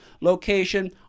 location